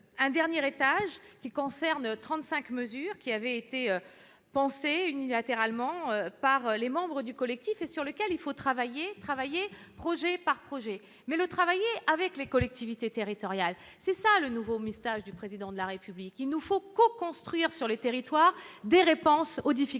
un dernier étage, constitué de 35 mesures, qui avaient été pensées unilatéralement par les membres du collectif, et sur lesquelles il faut travailler, projet par projet, mais avec les collectivités territoriales. Tel est le nouveau message du Président de la République. Il nous faut coconstruire sur les territoires des réponses à leurs difficultés,